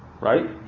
Right